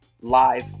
live